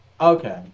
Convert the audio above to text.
Okay